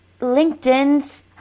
linkedin's